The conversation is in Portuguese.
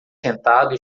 sentado